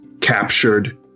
captured